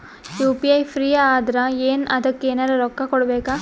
UPI free ಅದಾರಾ ಏನ ಅದಕ್ಕ ಎನೆರ ರೊಕ್ಕ ಕೊಡಬೇಕ?